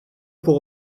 pour